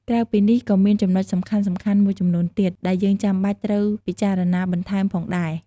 ក្រៅពីនេះ ក៏មានចំណុចសំខាន់ៗមួយចំនួនទៀត ដែលយើងចាំបាច់ត្រូវពិចារណាបន្ថែមផងដែរ។